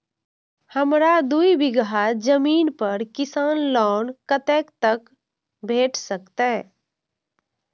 हमरा दूय बीगहा जमीन पर किसान लोन कतेक तक भेट सकतै?